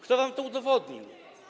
Kto wam to udowodnił?